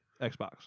Xbox